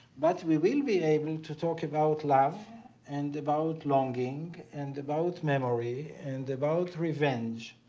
but we will be able to talk about love and about longing and about memory and about revenge